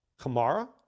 Kamara